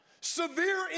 Severe